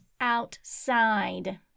outside